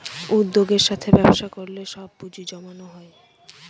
উদ্যোগের সাথে ব্যবসা করলে সব পুজিঁ জমানো হয়